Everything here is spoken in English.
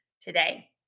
today